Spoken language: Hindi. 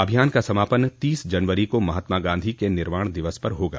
अभियान का समापन तीस जनवरी को महात्मा गांधी के निर्वाण दिवस पर होगा